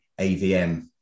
AVM